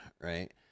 right